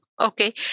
Okay